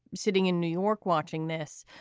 sitting in new york watching this.